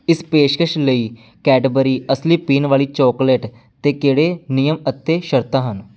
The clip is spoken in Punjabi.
ਇਸ ਪੇਸ਼ਕਸ਼ ਲਈ ਕੈਡਬਰੀ ਅਸਲੀ ਪੀਣ ਵਾਲੀ ਚਾਕਲੇਟ 'ਤੇ ਕਿਹੜੇ ਨਿਯਮ ਅਤੇ ਸ਼ਰਤਾਂ ਹਨ